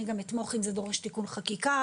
אני גם אתמוך אם זה דורש תיקון חקיקה,